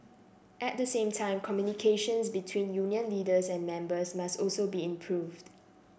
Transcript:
at the same time communications between union leaders and members must also be improved